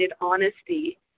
honesty